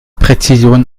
präzision